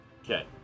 Okay